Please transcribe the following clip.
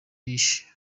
yishe